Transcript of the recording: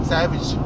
Savage